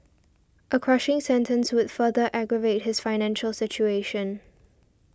a crushing sentence would further aggravate his financial situation